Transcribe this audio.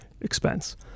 expense